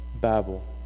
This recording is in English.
Babel